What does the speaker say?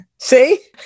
See